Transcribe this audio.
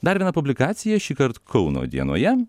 dar viena publikacija šįkart kauno dienoje